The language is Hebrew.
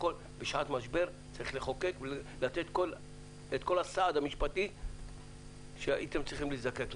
בשעת משבר צריך לחוקק ולתת את כל הסעד המשפטי שהייתם זקוקים לו.